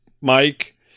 Mike